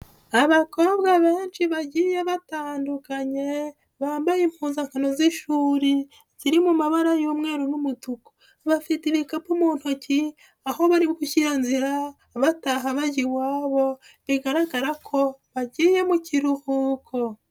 Abakobwa benshi bagiye batandukanye, bambaye impuzankano z'ishuri, ziri mu mabara y'umweru n'umutuku. Bafite ibikapu mu ntoki, aho bari gushyira nzira, bataha bajya iwabo, bigaragara ko bagiye mu kiruhuko.